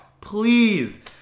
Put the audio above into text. Please